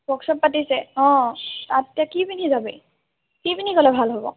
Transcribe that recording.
workshop পাতিছে অঁ তাত এতিয়া কি পিন্ধি যাবি কি পিন্ধি গ'লে ভাল হ'ব